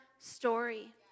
Story